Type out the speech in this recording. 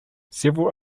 several